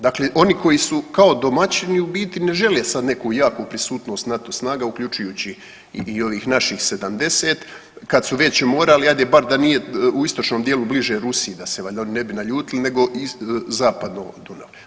Dakle, oni koji su kao domaćini u biti ne žele sad neku jaku prisutnost NATO snaga uključujući i ovih naš 70, kad su već morali ajde bar da nije u istočnom dijelu bliže Rusiji da se valjda oni ne bi naljutili, nego zapadno od Dunava.